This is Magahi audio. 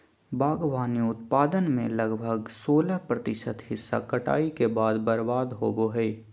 बागवानी उत्पादन में लगभग सोलाह प्रतिशत हिस्सा कटाई के बाद बर्बाद होबो हइ